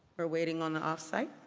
we're waiting on the off-site